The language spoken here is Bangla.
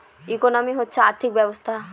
ইকোনমি হচ্ছে আর্থিক ব্যবস্থা